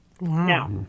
Now